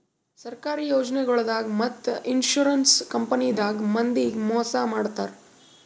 ಸರ್ಕಾರಿ ಯೋಜನಾಗೊಳ್ದಾಗ್ ಮತ್ತ್ ಇನ್ಶೂರೆನ್ಸ್ ಕಂಪನಿದಾಗ್ ಮಂದಿಗ್ ಮೋಸ್ ಮಾಡ್ತರ್